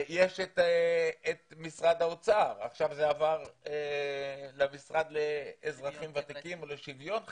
יש את משרד האוצר ועכשיו זה עבר למשרד לשוויון חברתי.